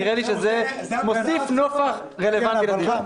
נראה לי שזה מוסיף נופך רלוונטי לדיון.